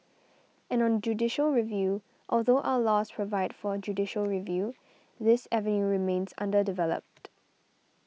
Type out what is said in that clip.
and on judicial review although our laws provide for judicial review this avenue remains underdeveloped